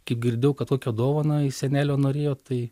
kaip girdėjau kad tokią dovaną iš senelio norėjo tai